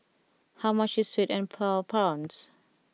how much is Sweet and Sour Prawns